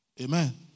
Amen